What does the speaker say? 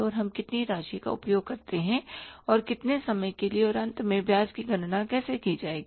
और हम कितनी राशि का उपयोग करते हैं और कितने समय के लिए और अंत में ब्याज की गणना कैसे की गई है